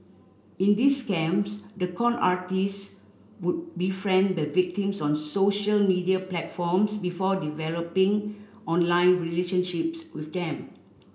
in these scams the con artists would befriend the victims on social media platforms before developing online relationships with them